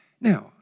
Now